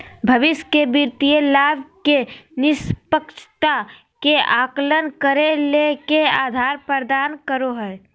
भविष्य के वित्तीय लाभ के निष्पक्षता के आकलन करे ले के आधार प्रदान करो हइ?